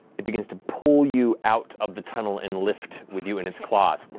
it begins to pull you out of the tunnel and lift with you in its claws.